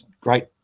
great